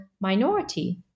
minority